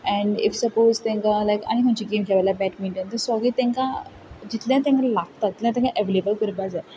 and if suppose तांकां आनी खंयची गॅम खेळूंक जाय बॅडमिंटन मागीर तांकां जितलें तांकां लागता तितलें तांकां एवेलेबल करपा जाय